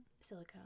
Silicone